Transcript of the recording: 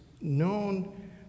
known